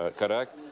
ah correct?